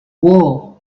war